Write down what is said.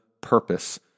purpose